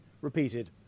repeated